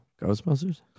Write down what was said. Ghostbusters